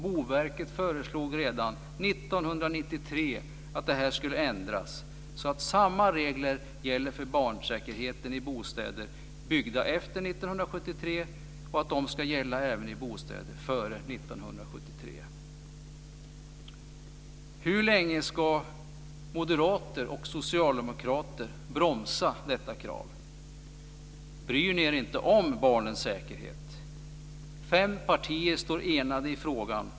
Boverket föreslog redan 1993 att detta skulle ändras så att samma regler för barnsäkerheten som gäller i bostäder byggda efter Hur länge ska moderater och socialdemokrater bromsa detta krav? Bryr ni er inte om barnens säkerhet? Fem partier står enade i frågan.